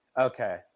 okay